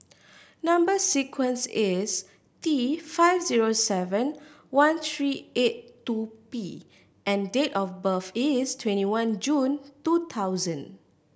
number sequence is T five zero seven one three eight two P and date of birth is twenty one June two thousand